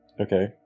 okay